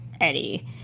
Eddie